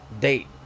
date